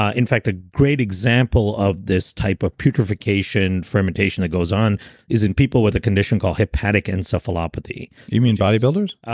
ah in fact, a great example of this type of putrefication fermentation that goes on is in people with a condition called hepatic encephalopathy you mean bodybuilders?